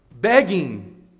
Begging